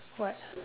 what